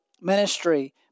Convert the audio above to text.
ministry